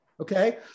Okay